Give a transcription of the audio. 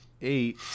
eight